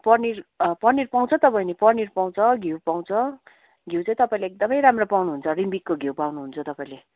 पनिर पाउँछ त बहिनी पनिर पाउँछ घिउ पाउँछ घिउ चाहिँ तपाईँले एकदमै राम्रो पाउनुहुन्छ रिम्बिकको घिउ पाउनुहुन्छ तपाईँले